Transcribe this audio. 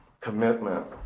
commitment